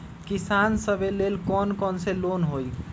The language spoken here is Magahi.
किसान सवे लेल कौन कौन से लोने हई?